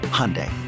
Hyundai